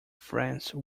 france